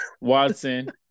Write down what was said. Watson